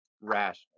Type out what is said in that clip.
rational